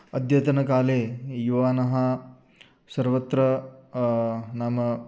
अद्यतनकाले युवानः सर्वत्र नाम